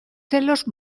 celos